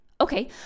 Okay